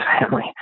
family